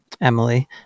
emily